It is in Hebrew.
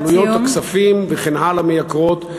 עלויות הכספים, וכן הלאה, מייקרות.